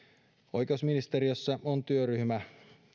oikeusministeriössä on työryhmä